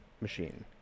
machine